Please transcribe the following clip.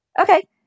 okay